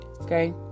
Okay